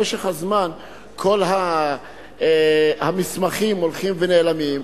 במשך הזמן כל המסמכים הולכים ונעלמים,